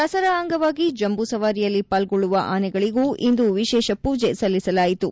ದಸರಾ ಅಂಗವಾಗಿ ಜಂಬುಸವಾರಿಯಲ್ಲಿ ಪಾಲ್ಗೊಳ್ಳುವ ಆನೆಗಳಗೂ ಇಂದು ವಿಶೇಷ ಪೂಜೆ ಸಲ್ಲಿಸಲಾಯಿತು